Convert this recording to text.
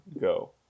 go